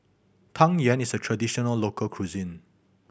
Tang Yuen is a traditional local cuisine